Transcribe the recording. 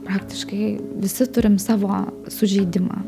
praktiškai visi turim savo sužeidimą